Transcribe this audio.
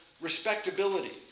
respectability